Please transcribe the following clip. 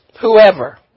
whoever